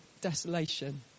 desolation